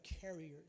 carriers